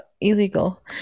Illegal